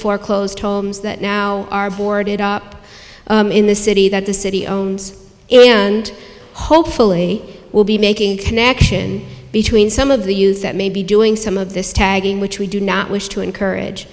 foreclosed homes that now are boarded up in the city that the city owns and hopefully will be making a connection between some of the use that maybe doing some of this tagging which we do not wish to encourage